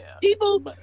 people